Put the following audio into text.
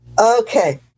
Okay